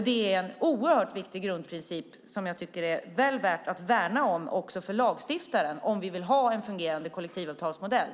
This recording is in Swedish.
Det är en oerhört viktig grundprincip som jag tycker är väl värd att värna om också för lagstiftaren, om vi vill ha en fungerande kollektivavtalsmodell.